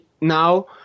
now